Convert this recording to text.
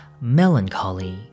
Melancholy